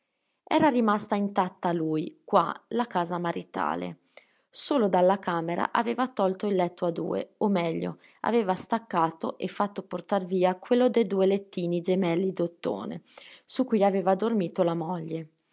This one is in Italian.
era rimasta intatta a lui qua la casa maritale solo dalla camera aveva tolto il letto a due o meglio aveva staccato e fatto portar via quello de due lettini gemelli d'ottone su cui aveva dormito la moglie